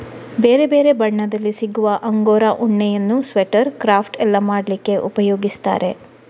ಬೇರೆ ಬೇರೆ ಬಣ್ಣದಲ್ಲಿ ಸಿಗುವ ಅಂಗೋರಾ ಉಣ್ಣೆಯನ್ನ ಸ್ವೆಟರ್, ಕ್ರಾಫ್ಟ್ ಎಲ್ಲ ಮಾಡ್ಲಿಕ್ಕೆ ಉಪಯೋಗಿಸ್ತಾರೆ